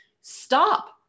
Stop